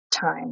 time